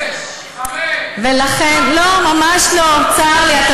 שש, חמש, ארבע, שלוש, שתיים, אחת, אפס.